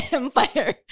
empire